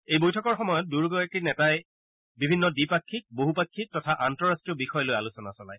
এই বৈঠকৰ সময়ত দুয়োগৰাকী নেতাই বিভিন্ন দ্বিপাক্ষিক বহুপাক্ষিক তথা আন্তঃৰাষ্ট্ৰীয় বিষয় লৈ আলোচনা চলায়